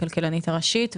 הכלכלנית הראשית,